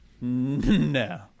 No